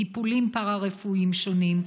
טיפולים פארה-רפואיים שונים.